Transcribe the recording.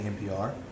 NPR